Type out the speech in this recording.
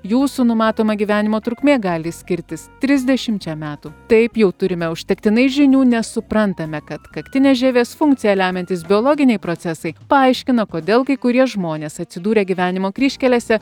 jūsų numatoma gyvenimo trukmė gali skirtis trisdešimčia metų taip jau turime užtektinai žinių nesuprantame kad kaktinės žievės funkciją lemiantys biologiniai procesai paaiškino kodėl kai kurie žmonės atsidūrę gyvenimo kryžkelėse